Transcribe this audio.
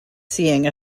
seeing